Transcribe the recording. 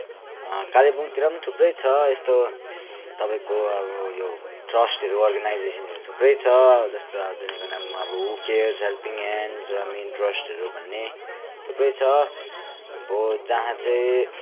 कालिम्पोङ्गतिर पनि थुप्रै छ यस्तो तपाईँको अब यो ट्रस्टहरू अर्गनाइजेसनहरू थुप्रै छ जस्तै अब तिनीहरूको नाम अब हु केयर्स हेल्पिङ हेन्ड अमिन ट्रस्टहरू भन्ने थुप्रै छ अब जहाँ चाहिँ